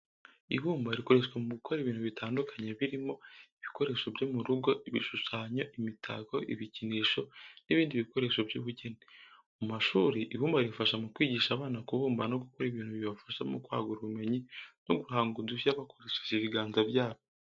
Ibumba rikoreshwa mu gukora ibintu bitandukanye birimo: ibikoresho byo mu rugo, ibishushanyo, imitako, ibikinisho, n'ibindi bikoresho by'ubugeni. Mu mashuri ibumba rifasha mu kwigisha abana kubumba no gukora ibintu bibafasha mu kwagura ubumenyi no guhanga udushya bakoresheje ibiganza byabo.